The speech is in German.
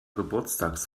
geburtstags